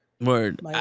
Word